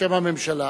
בשם הממשלה.